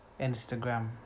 Instagram